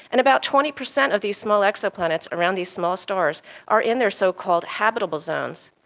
and about twenty percent of these small exoplanets around these small stars are in their so-called habitable zones.